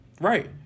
Right